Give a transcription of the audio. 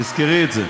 תזכרי את זה.